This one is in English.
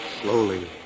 Slowly